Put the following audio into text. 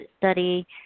study